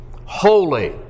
holy